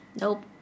Nope